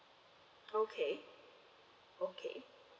okay okay